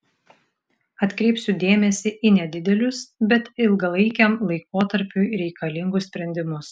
atkreipsiu dėmesį į nedidelius bet ilgalaikiam laikotarpiui reikalingus sprendimus